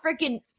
freaking